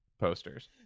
posters